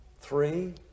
Three